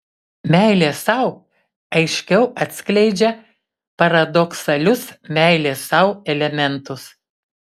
meilė sau aiškiau atskleidžia paradoksalius meilės sau elementus